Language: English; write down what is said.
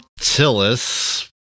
Tillis